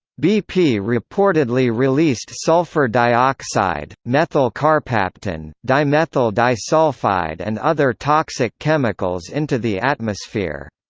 bp reportedly released sulfur dioxide, methyl carpaptan, dimethyl disulfide and other toxic chemicals into the atmosphere